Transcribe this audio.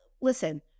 Listen